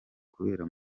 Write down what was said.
kubera